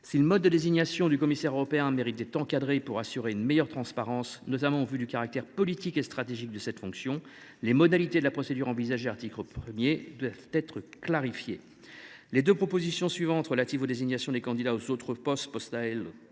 Si le mode de désignation du commissaire européen mérite d’être encadré pour assurer une meilleure transparence, notamment au vu du caractère politique et stratégique de cette fonction, les modalités de la procédure envisagée à l’article 1 doivent être clarifiées. Les deux articles suivants relatifs aux désignations des candidats aux autres postes posent quant